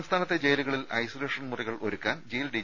സംസ്ഥാനത്തെ ജയിലുകളിൽ ഐസൊലേഷൻ മുറി കൾ ഒരുക്കാൻ ജയിൽ ഡി